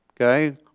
Okay